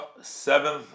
seventh